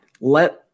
let